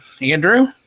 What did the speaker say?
Andrew